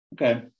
Okay